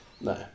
No